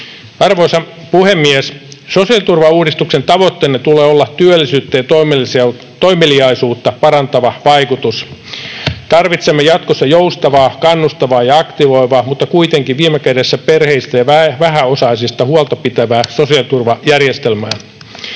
Arvoisa puhemies! Sosiaaliturvauudistuksen tavoitteena tulee olla työllisyyttä ja toi-meliaisuutta parantava vaikutus. Tarvitsemme jatkossa joustavaa, kannustavaa ja aktivoivaa mutta kuitenkin viime kädessä perheistä ja vähäosaisista huolta pitävää sosiaaliturvajärjestelmää.